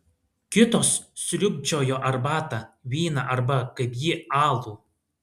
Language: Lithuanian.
kitos sriubčiojo arbatą vyną arba kaip ji alų